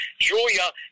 Julia